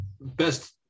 best